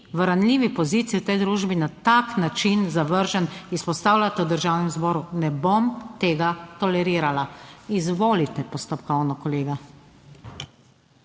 v ranljivi poziciji v tej družbi na tak način, zavržen, izpostavljate v Državnem zboru, ne bom tega tolerirala. Izvolite, postopkovno kolega.